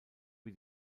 wie